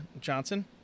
Johnson